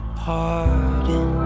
pardon